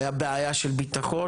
הייתה בעיה של ביטחון,